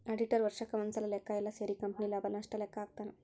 auditor ವರ್ಷಕ್ ಒಂದ್ಸಲ ಲೆಕ್ಕ ಯೆಲ್ಲ ಸೇರಿ ಕಂಪನಿ ಲಾಭ ನಷ್ಟ ಲೆಕ್ಕ ಹಾಕ್ತಾನ